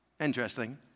Interesting